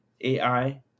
ai